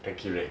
Tanqueray